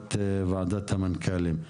הקמת ועדת המנכ"לים.